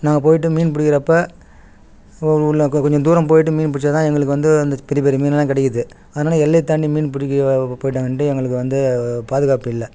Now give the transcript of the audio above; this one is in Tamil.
நாங்கள் போய்ட்டு மீன் பிடிக்கிறப்ப ஒரு ஊர்ல கொ கொஞ்சம் தூரம் போய்ட்டு மீன் பிடிச்சா தான் எங்களுக்கு வந்து அந்த பெரிய பெரிய மீனெல்லாம் கிடைக்கிது அதனால் எல்லை தாண்டி மீன் பிடிக்க போயிட்டால் வந்துட்டு எங்களுக்கு வந்து பாதுகாப்பு இல்லை